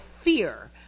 fear